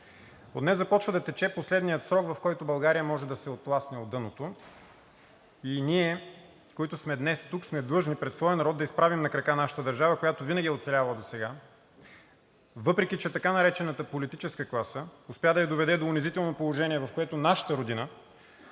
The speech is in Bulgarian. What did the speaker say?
От днес започва да тече последният срок, в който България може да се оттласне от дъното. Ние, които сме тук, сме длъжни пред своя народ да изправим на крака нашата държава, която винаги е оцелявала досега, въпреки че така наречената политическа класа успя да я доведе до унизително положение, в което нашата Родина,